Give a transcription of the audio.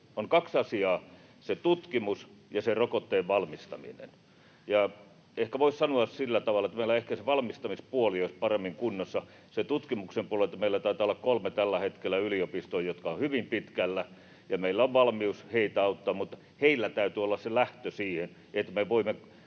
On kaksi asiaa: se tutkimus ja se rokotteen valmistaminen. Ja ehkä voisi sanoa sillä tavalla, että meillä ehkä se valmistamispuoli olisi paremmin kunnossa, sen tutkimuksen puolelta meillä taitaa olla tällä hetkellä kolme yliopistoa, jotka ovat hyvin pitkällä. Meillä on valmius heitä auttaa, mutta heillä täytyy olla se lähtö siihen, että me voimme